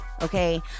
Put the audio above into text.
Okay